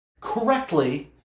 correctly